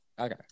okay